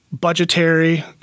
budgetary